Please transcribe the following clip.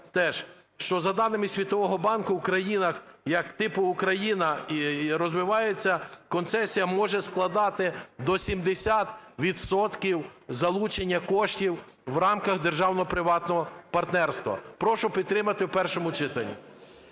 що за даними Світового банку в країнах, як типу Україна і розвивається, концесія може складати до 70 відсотків залучення коштів в рамках державно-приватного партнерства. Прошу підтримати в першому читанні.